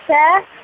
sir